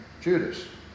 Judas